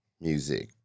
music